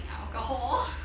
alcohol